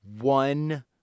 one